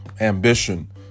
ambition